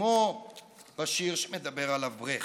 כמו בשיר של ברכט.